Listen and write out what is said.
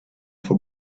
for